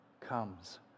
comes